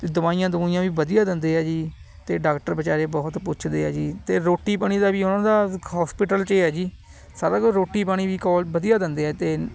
ਅਤੇ ਦਵਾਈਆਂ ਦਵੂਈਆਂ ਵੀ ਵਧੀਆ ਦਿੰਦੇ ਹੈ ਜੀ ਅਤੇ ਡਾਕਟਰ ਬੇਚਾਰੇ ਬਹੁਤ ਪੁੱਛਦੇ ਆ ਜੀ ਅਤੇ ਰੋਟੀ ਪਾਣੀ ਦਾ ਵੀ ਉਹਨਾਂ ਦਾ ਹੌਸਪੀਟਲ 'ਚ ਹੈ ਜੀ ਸਾਰਾ ਕੁਛ ਰੋਟੀ ਪਾਣੀ ਵੀ ਕੋਲ ਵਧੀਆ ਦਿੰਦੇ ਆ ਅਤੇ